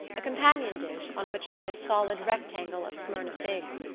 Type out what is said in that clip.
a companion dish on which lay a solid rectangle of smyrna figs,